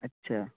اچھا